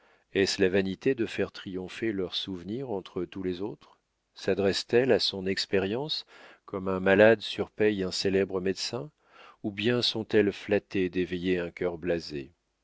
la vanité de faire triompher leurs souvenirs entre tous les autres sadressent elles à son expérience comme un malade surpaye un célèbre médecin ou bien sont-elles flattées d'éveiller un cœur blasé